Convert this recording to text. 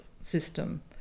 system